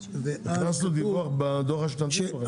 הכנסנו דיווח בדוח השנתי לא?